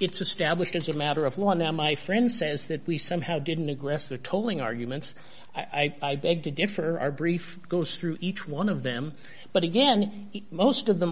it's established as a matter of law now my friend says that we somehow didn't aggress the tolling arguments i beg to differ our brief goes through each one of them but again most of them